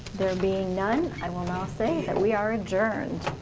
there being none. i will now say that we are adjourned.